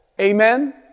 Amen